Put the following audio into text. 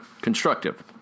constructive